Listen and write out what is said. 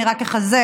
אני רק אחזק